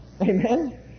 Amen